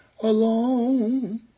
alone